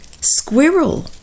Squirrel